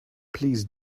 please